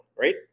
right